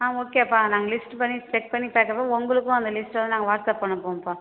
ஆ ஓகேப்பா நாங்கள் லிஸ்ட்டு பண்ணி செக் பண்ணி உங்களுக்கும் அந்த லிஸ்ட்டை வந்து நாங்கள் வாட்ஸ்அப் பண்ண போகிறோம்ப்பா